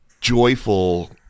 joyful